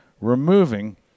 removing